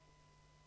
המשפטים.